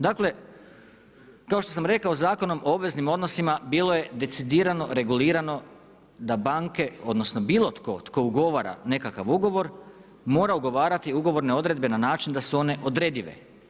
Dakle kao što sam rekao Zakonom o obveznim odnosima bilo je decidirano regulirano da banke odnosno bilo tko tko ugovara nekakav ugovor, mora ugovarati ugovorne odredbe na način da su one odredive.